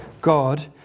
God